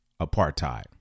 apartheid